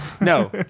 No